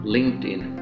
LinkedIn